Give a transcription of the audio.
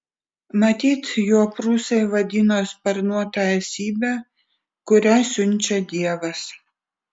matyt juo prūsai vadino sparnuotą esybę kurią siunčia dievas